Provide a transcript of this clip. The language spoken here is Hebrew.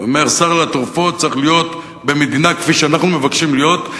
ואומר: סל התרופות צריך להיות במדינה כפי שאנחנו מבקשים להיות,